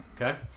Okay